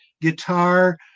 guitar